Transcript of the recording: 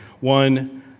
one